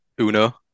uno